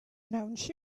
announce